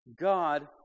God